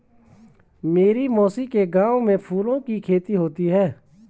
मेरी मौसी के गांव में फूलों की खेती होती है